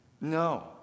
No